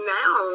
now